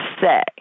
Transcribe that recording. say